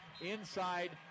inside